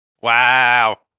Wow